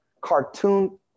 cartoon